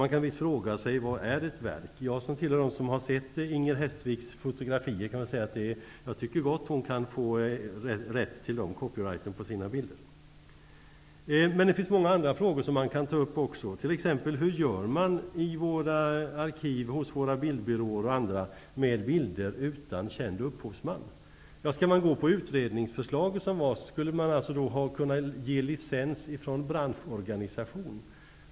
Man kan fråga sig vad ett verk är. Jag tillhör dem som har sett Inger Hestviks fotografier och kan väl säga att jag gott tycker att hon kan få copyright på dem. Det finns många andra frågor man kan ta upp. Hur gör man t.ex. på arkiven hos bildbyråer med bilder utan känd upphovsman? Om man skall gå på utredningens förslag skulle man kunna ge licens från en branschorganisation.